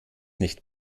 nicht